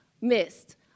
missed